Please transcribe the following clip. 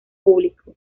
público